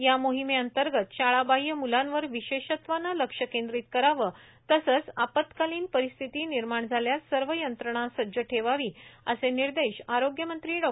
या मोहिमेअंतर्गत शाळाबाह्य मुलांवर विशेषत्वानं लक्ष केंद्रीत करावं तसंच आपत्कालीन परिस्थिती निर्माण झाल्यास सर्व यंत्रणा सज्ज ठेवावी असे निर्देश आरोग्यमंत्री डॉ